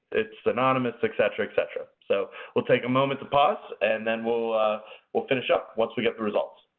it's anonymous etcetera, etcetera. so we'll take a moment to pause. and then we'll we'll finish up, once we get the results.